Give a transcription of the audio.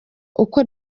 uko